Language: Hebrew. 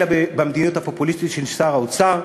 אלא במדיניות הפופוליסטית של שר האוצר,